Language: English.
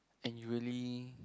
and you really